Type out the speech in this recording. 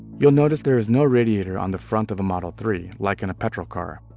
you'll notice there's no radiator on the front of a model three, like in petrol cars,